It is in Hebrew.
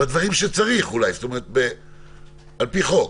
בדברים שצריך, אולי, זאת אומרת על פי חוק.